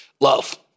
love